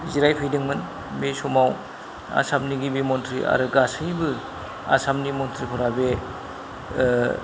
जिरायफैदोंमोन बे समाव आसामनि गिबि मन्थ्रि आरो गासैबो आसामनि मन्थ्रिफोरा बे